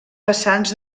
vessants